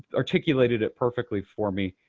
articulated it perfectly for me.